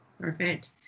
Perfect